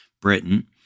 Britain